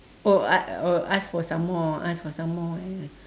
oh ask oh ask for some more ask for some more eh